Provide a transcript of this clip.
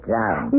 down